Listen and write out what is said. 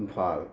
Imphal